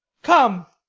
come,